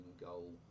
goal